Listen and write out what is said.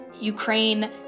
Ukraine